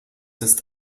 ist